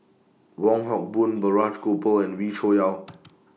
Wong Hock Boon Balraj Gopal and Wee Cho Yaw